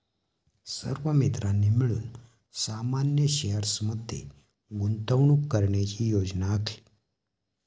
सर्व मित्रांनी मिळून सामान्य शेअर्स मध्ये गुंतवणूक करण्याची योजना आखली